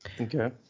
Okay